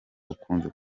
ukunze